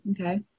Okay